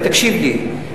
תקשיב לי,